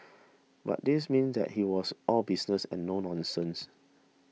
but this mean that he was all business and no nonsense